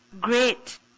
Great